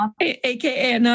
AKA